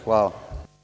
Hvala.